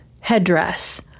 headdress